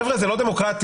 חבר'ה, זה לא דמוקרטי.